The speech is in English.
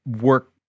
work